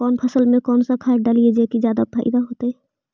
कौन फसल मे कौन सा खाध डलियय जे की पैदा जादे होतय?